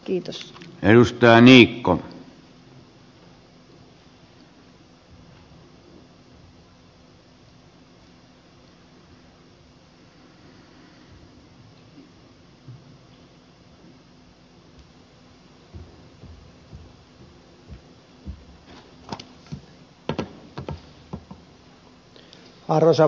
arvoisa herra puhemies